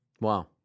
wow